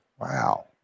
Wow